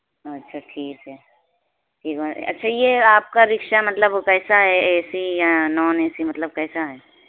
اچھا ٹھیک ہے اچھا یہ آپ کا رکشہ مطلب کیسا ہے اے سی یا نان اے سی مطلب کیسا ہے